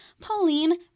Pauline